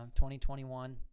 2021